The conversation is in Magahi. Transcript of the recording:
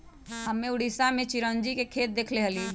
हम्मे उड़ीसा में चिरौंजी के खेत देखले हली